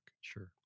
Sure